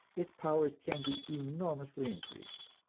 its powers can be enormously increased.